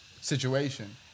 situation